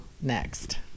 next